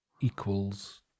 equals